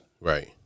Right